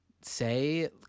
say